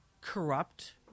corrupt